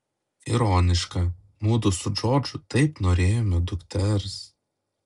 ironiška mudu su džordžu taip norėjome dukters